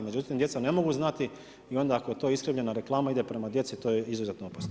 Međutim, djeca ne mogu znati i onda ako je to iskrivljena reklama ide prema djeci to je izuzetno opasno.